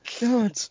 God